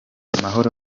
amahoro